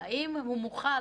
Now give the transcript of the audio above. אבל האם הוא מוחל